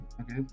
Okay